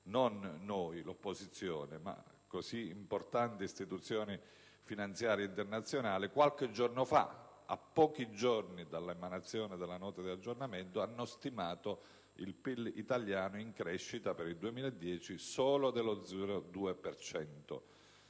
non noi, l'opposizione, ma così importanti istituzioni finanziarie internazionali - qualche giorno fa, a pochi giorni dall'emanazione della Nota di aggiornamento, hanno stimato il PIL italiano in crescita per il 2010 solo dello 0,2